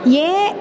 ये